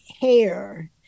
hair